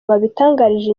babitangarije